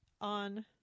on